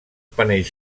panells